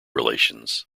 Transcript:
relations